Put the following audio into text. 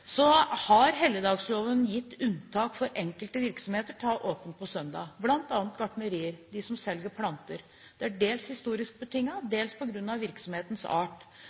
Så har helligdagsloven gitt unntak for enkelte virksomheter til å ha åpent på søndag, bl.a. gartnerier, de som selger planter. Det er dels historisk betinget, dels på grunn av virksomhetens art.